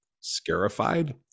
scarified